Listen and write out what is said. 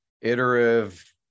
iterative